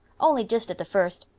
only just at the first.